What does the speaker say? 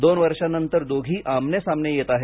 दोन वर्षानंतर दोघी आमने सामने येत आहेत